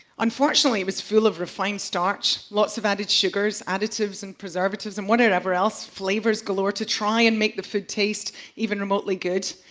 unfortunately, it was full of refined starch, lots of added sugars, additives and preservatives, and whatever else, flavors galore to try and make the food taste even remotely good.